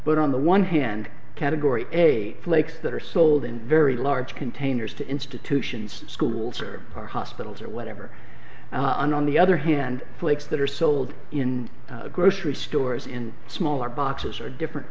but on the one hand category eight flakes that are sold in very large containers to institutions schools are part hospitals or whatever and on the other hand flakes that are sold in grocery stores in smaller boxes are different